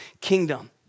kingdom